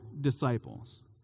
disciples